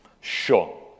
Sure